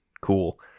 cool